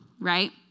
right